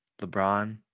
LeBron